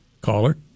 caller